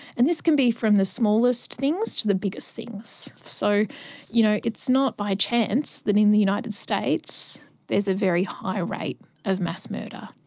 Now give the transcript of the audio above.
and this can be from the smallest things to the biggest things. so you know it's not by chance that in the united states there's a very high rate of mass murder,